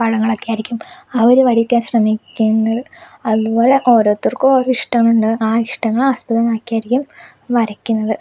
പടങ്ങളൊക്കെയായിരിക്കും അവർ വരക്കാൻ ശ്രമിക്കുന്നത് അതുപോലെ ഓരോരുത്തർക്കും ഓരോ ഇഷ്ടം ഉണ്ട് ആ ഇഷ്ടങ്ങൾ ആസ്പദമാക്കിയായിരിക്കും വരക്കുന്നത്